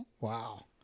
Wow